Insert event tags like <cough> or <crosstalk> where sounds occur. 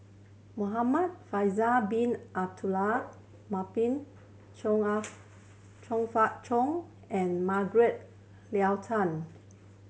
Muhamad Faisal Bin Abdul Manap Chong <unintelligible> Chong Fah Chong and Margaret <unintelligible> Tan